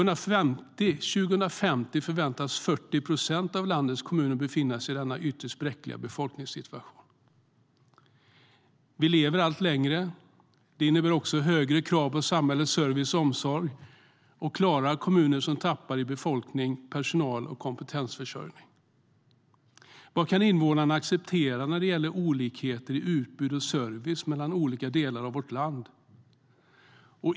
År 2050 förväntas 40 procent av landets kommuner befinna sig i denna ytterst bräckliga befolkningssituation. Vi lever allt längre. Det medför högre krav på samhällets service och omsorg. Klarar kommuner som tappar i befolkning personal och kompetensförsörjningen? Vad kan invånarna acceptera när det gäller olikheter i utbud och service mellan olika delar av vårt land?